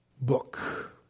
book